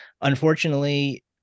Unfortunately